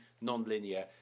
non-linear